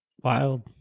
Wild